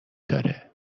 داره